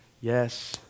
Yes